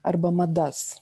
arba madas